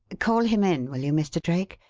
call him in, will you, mr. drake?